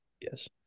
Yes